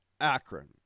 Akron